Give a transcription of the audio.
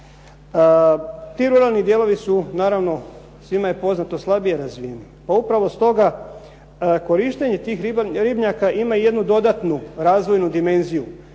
Ti ruralni dijelovi su naravno, svima je poznato slabije razvijeni, pa upravo stoga korištenje tih ribnjaka ima i jednu dodatnu razvojnu dimenziju.